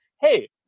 Hey